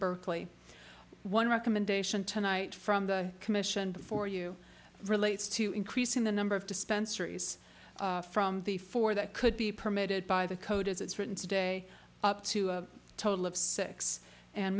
berkeley one recommendation tonight from the commission before you relates to increasing the number of dispensary is from the four that could be permitted by the code as it's written today up to a total of six and